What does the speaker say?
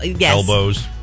elbows